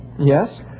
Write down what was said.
Yes